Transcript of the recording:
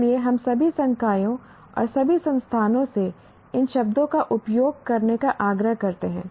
इसलिए हम सभी संकायों और सभी संस्थानों से इन शब्दों का उपयोग करने का आग्रह करते हैं